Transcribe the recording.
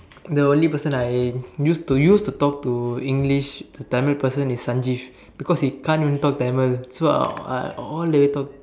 the only person I used to used to talk to English to Tamil person is Sanjiv because he can't even talk Tamil so I'll all the way will talk